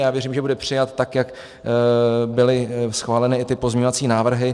Já věřím, že bude přijat, jak byly schváleny i pozměňovací návrhy.